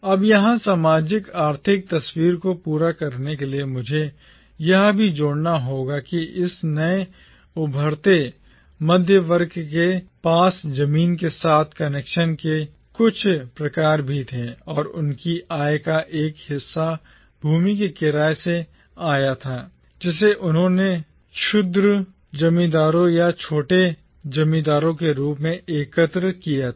अब यहां सामाजिक आर्थिक तस्वीर को पूरा करने के लिए मुझे यह भी जोड़ना होगा कि इस नए उभरते मध्यम वर्ग के पास जमीन के साथ कनेक्शन के कुछ प्रकार भी थे और उनकी आय का एक हिस्सा भूमि के किराए से आया था जिसे उन्होंने क्षुद्र जमींदारों या छोटे जमींदारों के रूप में एकत्र किया था